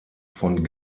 von